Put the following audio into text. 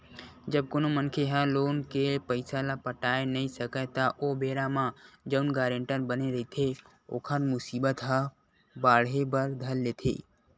जब कोनो मनखे ह लोन के पइसा ल पटाय नइ सकय त ओ बेरा म जउन गारेंटर बने रहिथे ओखर मुसीबत ह बाड़हे बर धर लेथे